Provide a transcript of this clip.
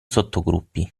sottogruppi